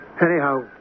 Anyhow